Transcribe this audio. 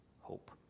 hope